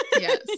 Yes